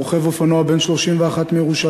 רוכב אופנוע בן 31 מירושלים,